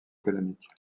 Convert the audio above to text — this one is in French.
économique